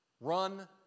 Run